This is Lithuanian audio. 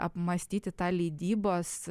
apmąstyti tą leidybos